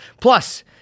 Plus